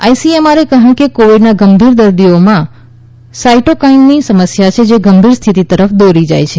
આઇસીએમઆરએ કહ્યું કે કોવિડના ગંભીર દર્દીઓમાં સાયટોકાઇનની સમસ્યા છે જે ગંભીર સ્થિતિ તરફ દોરી જાય છે